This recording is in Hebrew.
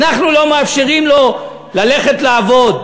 אנחנו לא מאפשרים לו ללכת לעבוד.